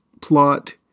plot